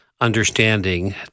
understanding